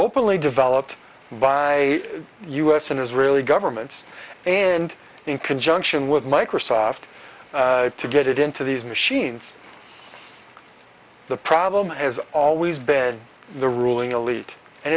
openly developed by u s and israeli governments and in conjunction with microsoft to get it into these machines the problem has always been the ruling elite and